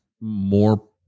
more